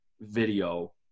video